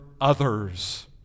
others